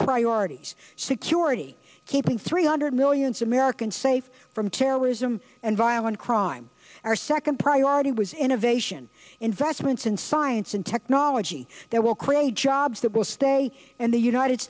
priorities security keeping three hundred millions americans safe from terrorism and violent crime our second priority was innovation investments in science and technology that will create jobs that will stay in the united